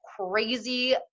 crazy